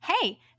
Hey